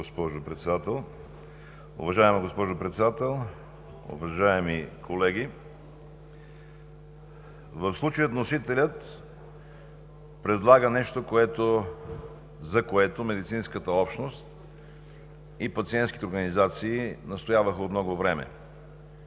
госпожо Председател. Уважаема госпожо Председател, уважаеми колеги! В случая вносителят предлага нещо, за което медицинската общност и пациентските организации настояваха от много време.